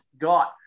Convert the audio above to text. got